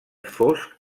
fosc